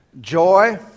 Joy